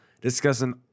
Discussing